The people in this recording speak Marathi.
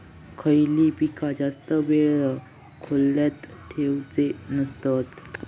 खयली पीका जास्त वेळ खोल्येत ठेवूचे नसतत?